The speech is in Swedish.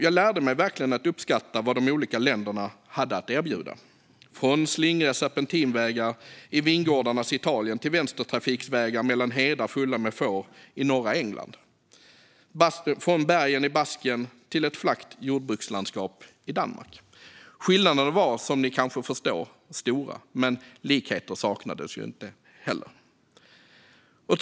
Jag lärde mig verkligen att uppskatta vad de olika länderna hade att erbjuda, från slingriga serpentinvägar i vingårdarnas Italien till vänstertrafikvägar mellan hedar fulla med får i norra England, från bergen i Baskien till ett flackt jordbruksland i Danmark. Skillnaderna var som ni kanske förstår stora, men likheter saknades heller inte.